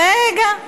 רגע.